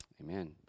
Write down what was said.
Amen